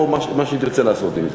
או מה שהיא תרצה לעשות עם זה.